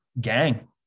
Gang